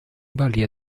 balia